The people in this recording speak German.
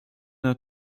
der